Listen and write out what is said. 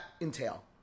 entail